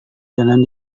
jalan